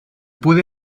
puede